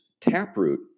taproot